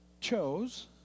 chose